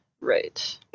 Right